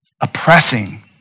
oppressing